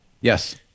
Yes